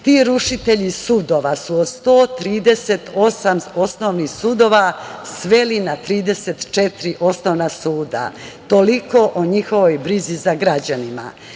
rušitelji sudovi su od 138 osnovnih sudova sveli na 34 osnovna suda. Toliko o njihovoj brizi o građanima. Da